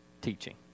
teaching